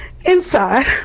inside